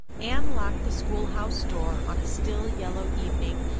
anne locked the schoolhouse door on a still, yellow evening,